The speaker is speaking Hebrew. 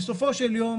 בסופו של יום